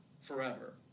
forever